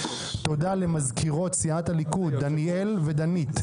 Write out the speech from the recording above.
תודה למזכירות סיעת הליכוד דניאל ודנית,